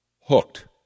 Hooked